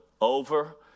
over